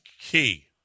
key